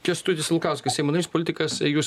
kęstutis vilkauskas seimo narys politikas jūs